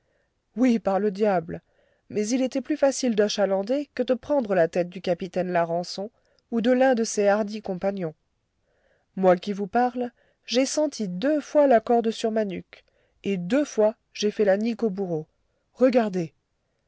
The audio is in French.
oui par le diable mais il était plus facile d'achalander que de prendre la tête du capitaine larençon ou de l'un de ses hardis compagnons moi qui vous parle j'ai senti deux fois la corde sur ma nuque et deux fois j'ai fait la nique au bourreau regardez